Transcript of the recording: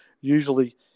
usually